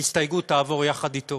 ההסתייגות תעבור יחד אתו.